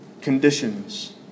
conditions